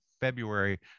February